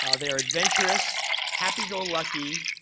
ah they're adventurous, happy-go-lucky,